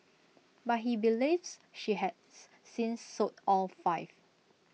but he believes she has since sold all five